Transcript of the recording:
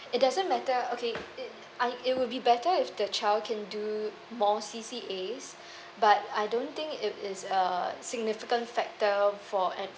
it doesn't matter okay it un~ it will be better if the child can do more C_C_A but I don't think it is a significant factor for an